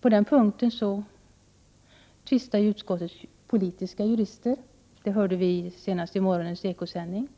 På den punkten tvistar utskottets politiska jurister. Det hörde vi senast i morgonens Ekosändning.